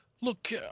Look